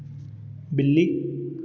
बिल्ली